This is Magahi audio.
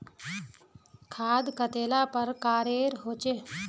खाद कतेला प्रकारेर होचे?